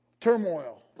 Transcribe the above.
turmoil